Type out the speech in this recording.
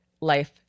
life